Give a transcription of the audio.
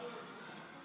אתה צודק, אלעזר.